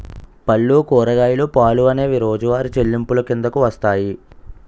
పళ్ళు కూరగాయలు పాలు అనేవి రోజువారి చెల్లింపులు కిందకు వస్తాయి